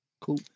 cool